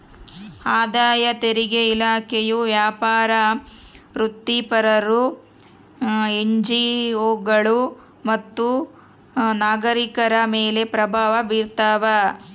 ಆದಾಯ ತೆರಿಗೆ ಇಲಾಖೆಯು ವ್ಯವಹಾರ ವೃತ್ತಿಪರರು ಎನ್ಜಿಒಗಳು ಮತ್ತು ನಾಗರಿಕರ ಮೇಲೆ ಪ್ರಭಾವ ಬೀರ್ತಾವ